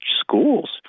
schools